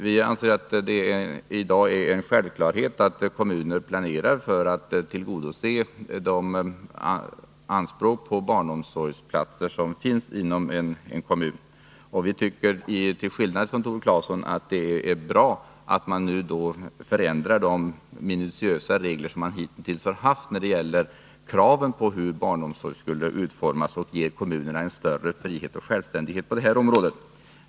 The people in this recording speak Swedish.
Vi anser i dag att det är en självklarhet att kommuner planerar för att tillgodose de anspråk på barnomsorgsplatser som finns inom en kommun. Till skillnad mot Tore Claeson tycker vi att det är bra att man nu ändrar de minutiösa regler som man hittills haft när det gäller kraven på hur barnomsorgen skall utformas och ger kommunerna en större frihet och självständighet på detta område.